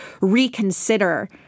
reconsider